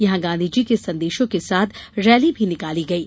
यहां गांधीजी के संदेशों के साथ रैली भी निकाली गयी